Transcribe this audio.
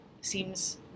seems